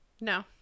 No